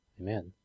Amen